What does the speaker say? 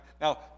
Now